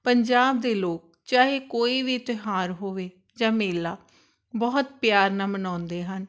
ਪੰਜਾਬ ਦੇ ਲੋਕ ਚਾਹੇ ਕੋਈ ਵੀ ਤਿਓਹਾਰ ਹੋਵੇ ਜਾਂ ਮੇਲਾ ਬਹੁਤ ਪਿਆਰ ਨਾਲ ਮਨਾਉਂਦੇ ਹਨ